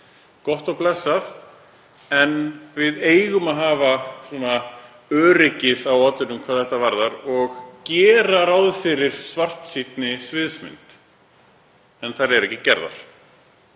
Gott og blessað. En við eigum að setja öryggið á oddinn hvað þetta varðar og gera ráð fyrir svartsýnni sviðsmynd en það er ekki gert.